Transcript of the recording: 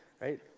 Right